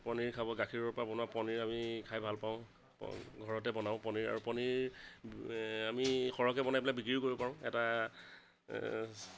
পনীৰ খাব গাখীৰৰ পৰা বনোৱা পনীৰ আমি খাই ভাল পাওঁ ঘৰতে বনাওঁ পনীৰ আৰু পনীৰ আমি সৰহকে বনাই পেলাই বিক্ৰীও কৰিব পাৰোঁ এটা